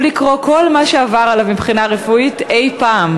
לקרוא כל מה שעבר עליו מבחינה רפואית אי-פעם,